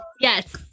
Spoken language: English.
Yes